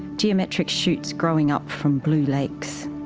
geometric shoots growing up from blue lakes.